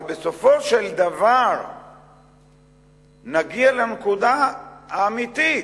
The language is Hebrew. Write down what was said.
אבל בסופו של דבר נגיע לנקודה האמיתית: